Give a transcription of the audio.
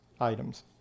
items